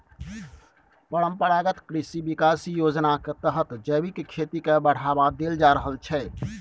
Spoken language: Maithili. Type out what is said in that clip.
परंपरागत कृषि बिकास योजनाक तहत जैबिक खेती केँ बढ़ावा देल जा रहल छै